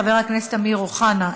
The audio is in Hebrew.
חבר הכנסת אמיר אוחנה,